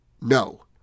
No